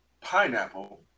pineapple